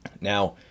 Now